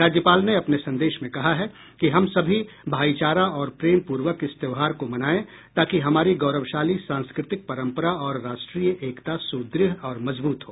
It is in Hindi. राज्यपाल ने अपने संदेश में कहा है कि हम सभी भाईचारा और प्रेमपूर्वक इस त्योहार को मनायें ताकि हमारी गौरवशाली सांस्कृतिक परम्परा और राष्ट्रीय एकता सुदृढ़ और मजबूत हो